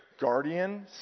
Guardian